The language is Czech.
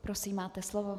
Prosím, máte slovo.